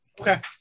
Okay